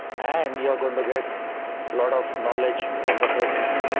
and you're going to get a lot of knowledge in the process.